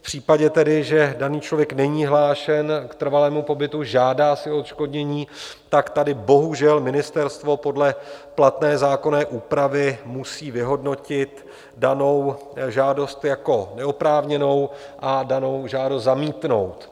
V případě, že daný člověk není hlášen k trvalému pobytu, žádá o odškodnění, tak tady bohužel ministerstvo podle platné zákonné úpravy musí vyhodnotit danou žádost jako neoprávněnou a danou žádost zamítnout.